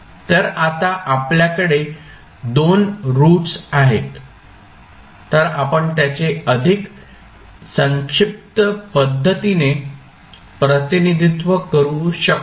तर आता आपल्याकडे 2 रूट्स आहेत तर आपण त्याचे अधिक संक्षिप्त पद्धतीने प्रतिनिधित्व करू शकतो